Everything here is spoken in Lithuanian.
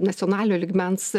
nacionalinio lygmens